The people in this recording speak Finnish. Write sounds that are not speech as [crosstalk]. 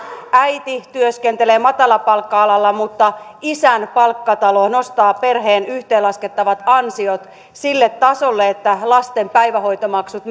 äiti työskentelee matalapalkka alalla mutta isän palkkataso nostaa perheen yhteenlaskettavat ansiot sille tasolle että lasten päivähoitomaksut [unintelligible]